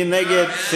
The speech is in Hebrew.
מי נגד?